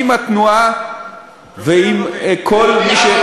עם התנועה ועם כל מי,